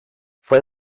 fue